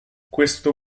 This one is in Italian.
questo